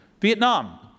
Vietnam